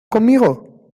conmigo